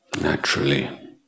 naturally